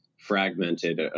fragmented